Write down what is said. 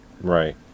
Right